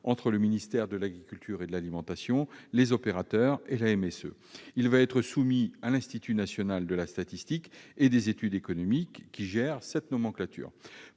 entre le ministère de l'agriculture l'alimentation, les opérateurs et la MSA. Il va être soumis à l'Institut national de la statistique et des études économiques, qui gère cette nomenclature.